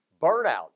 Burnout